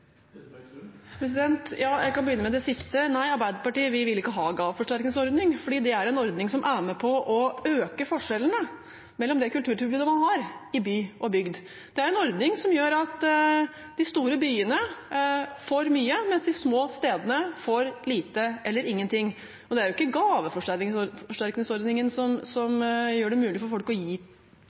Jeg kan begynne med det siste. Nei, Arbeiderpartiet vil ikke ha gaveforsterkningsordningen, for det er en ordning som er med på å øke forskjellene mellom by og bygd når det gjelder kulturtilbudet. Det er en ordning som gjør at de store byene får mye, mens de små stedene får lite eller ingenting. Og det er jo ikke gaveforsterkningsordningen som gjør det mulig for folk å gi